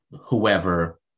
whoever